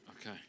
Okay